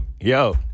Yo